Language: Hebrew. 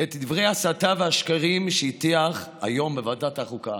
את דברי ההסתה והשקרים שהטיח היום בוועדת החוקה